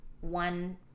one